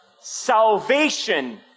Salvation